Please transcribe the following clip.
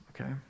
okay